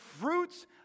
fruits